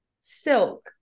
silk